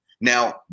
Now